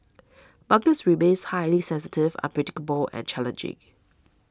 markets remains highly sensitive unpredictable and challenging